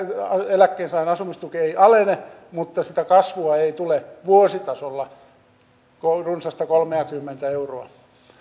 eläkkeensaajan asumistuki ei alene mutta sitä kasvua ei tule vuositasolla runsasta kolmeakymmentä euroa